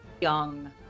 young